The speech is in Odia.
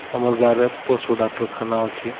ଆମର୍ ଗାଁରେ ପଶୁ ଡାକ୍ଟର୍ଖାନା ଅଛେ